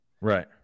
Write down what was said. Right